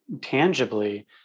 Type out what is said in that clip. tangibly